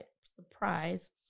surprise